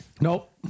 Nope